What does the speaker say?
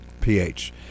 pH